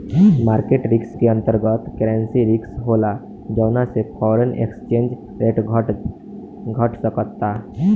market risk के अंतर्गत, currency risk होला जौना से फॉरेन एक्सचेंज रेट घट सकता